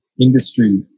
industry